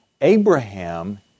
Abraham